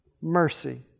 mercy